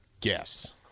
guess